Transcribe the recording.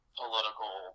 political